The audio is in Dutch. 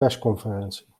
persconferentie